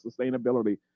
sustainability